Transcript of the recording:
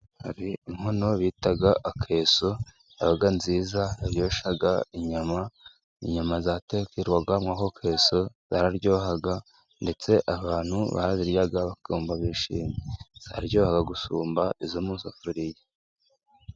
Inkono bitaga akeso, yabaga nziza yaryoshaga inyama, inyama zatekerwaga muri ako keso zararyohaga, ndetse abantu baraziryaga bakumva bishimye zararyohaga gusumba izo mu safuriya.